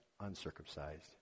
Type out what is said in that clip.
uncircumcised